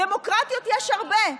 דמוקרטיות יש הרבה,